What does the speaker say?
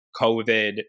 COVID